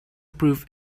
prove